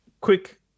quick